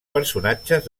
personatges